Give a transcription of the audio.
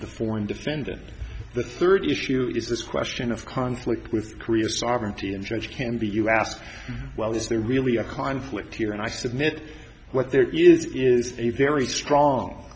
the foreign defendant the third issue is this question of conflict with korea sovereignty in georgia can be you ask well is there really a conflict here and i submit what there is is a very strong